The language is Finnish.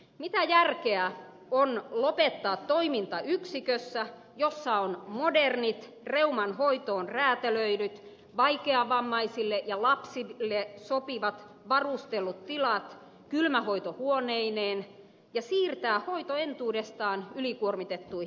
mitä järkeä on lopettaa toiminta yksikössä jossa on modernit reuman hoitoon räätälöidyt vaikeavammaisille ja lapsille sopivat varustellut tilat kylmähoitohuoneineen ja siirtää hoito entuudestaan ylikuormitettuihin sairaaloihin